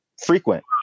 Frequent